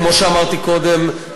כמו שאמרתי קודם,